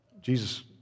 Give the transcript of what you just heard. Jesus